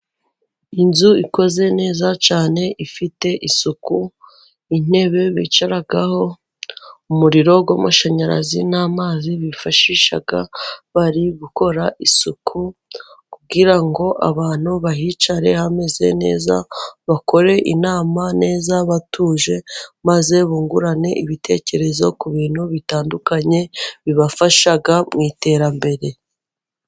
Inzu ikoze neza cyane ifite isuku, intebe bicaragaho, umuriro w'amashanyarazi, n'amazi bifashisha bari gukora isuku kugira ngo abantu bahicare hameze neza, bakore inama neza batuje maze bungurane ibitekerezo ku bintu bitandukanye bibafasha mu iterambere.